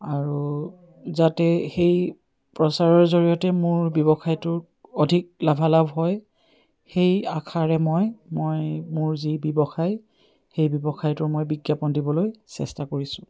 আৰু যাতে সেই প্ৰচাৰৰ জৰিয়তে মোৰ ব্যৱসায়টোত অধিক লাভালাভ হয় সেই আশাৰে মই মই মোৰ যি ব্যৱসায় সেই ব্যৱসায়টোৰ মই বিজ্ঞাপন দিবলৈ চেষ্টা কৰিছোঁ